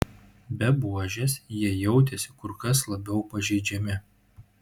be buožės jie jautėsi kur kas labiau pažeidžiami